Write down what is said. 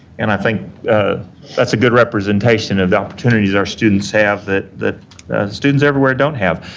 and i think that's a good representation of the opportunities our students have that that students everywhere don't have.